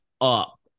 up